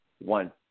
one